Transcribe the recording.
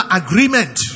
agreement